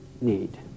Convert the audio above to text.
need